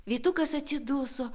vytukas atsiduso